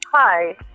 Hi